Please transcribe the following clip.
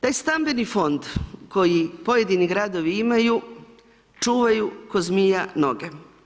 Taj stambeni fond koji pojedini gradovi imaju čuvaju ko zmija noge.